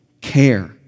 care